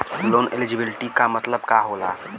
Loan eligibility का मतलब का होला?